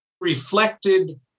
reflected